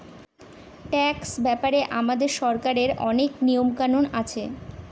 tax ব্যাপারে আমাদের সরকারের অনেক নিয়ম কানুন আছে